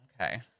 Okay